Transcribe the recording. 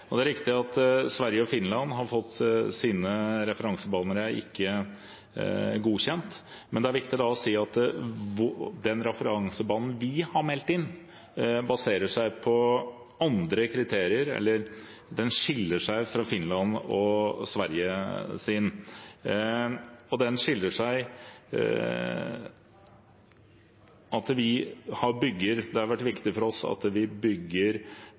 Det er riktig at Sverige og Finland ikke har fått sine referansebaner godkjent, men det er viktig å si at den referansebanen vi har meldt inn, skiller seg fra Finlands og Sveriges. Det har vært viktig for oss at vi bygger på de historiske data som vi har, og også at vi følger det regelverket som EU har laget. Vi er klar over at